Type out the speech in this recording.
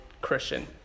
Christian